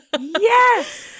yes